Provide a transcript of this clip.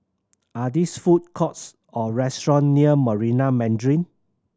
are these food courts or restaurant near Marina Mandarin